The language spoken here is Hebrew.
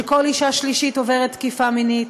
שכל אישה שלישית עוברת תקיפה מינית,